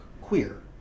queer